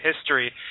history